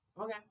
Okay